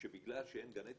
שבגלל שאין גני תקשורת,